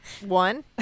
One